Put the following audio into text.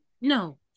No